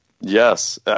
yes